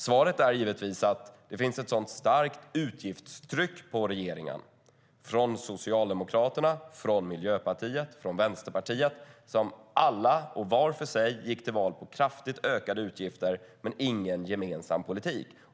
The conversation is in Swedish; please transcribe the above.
Svaret är givetvis att det finns ett sådant starkt utgiftstryck på regeringen från Socialdemokraterna, Miljöpartiet och Vänsterpartiet. De gick alla och var för sig till val på kraftigt ökade utgifter men ingen gemensam politik.